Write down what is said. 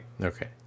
okay